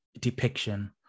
depiction